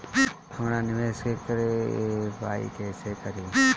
हमरा निवेश करे के बा कईसे करी?